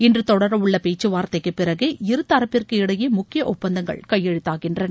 இன்று தொடரவுள்ள பேச்சுவார்த்தைக்கு பிறகே இரு தரப்பிற்கு இடையே முக்கிய ஒப்பந்தங்கள் கையெழுத்தாகின்றன